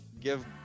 give